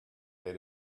made